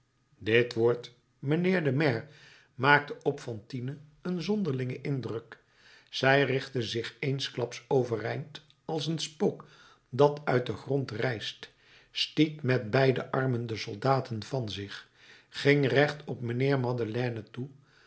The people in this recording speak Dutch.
dit woord mijnheer de maire maakte op fantine een zonderlingen indruk zij richtte zich eensklaps overeind als een spook dat uit den grond rijst stiet met beide armen de soldaten van zich ging recht op mijnheer madeleine toe